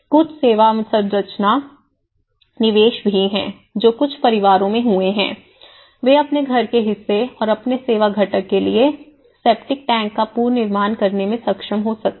कुछ सेवा अवसंरचना निवेश भी हैं जो कुछ परिवारों में हुए हैं वे अपने घर के हिस्से और अपने सेवा घटक के लिए सेप्टिक टैंक का पुनर्निर्माण करने में सक्षम हो सकते हैं